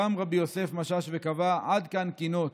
קם רבי יוסף משאש וקבע: עד כאן קינות.